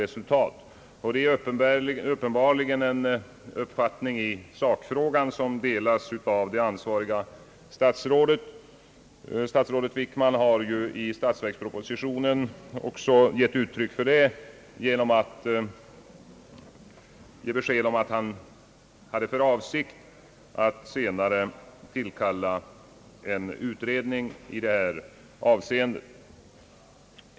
Det är uppenbarligen en uppfattning i sakfrågan, som delas av det ansvariga statsrådet. Statsrådet Wickman har i statsverkspropositionen också gett uttryck härför genom att ge besked om att han hade för avsikt att senare tillkalla en utredning i detta avseende.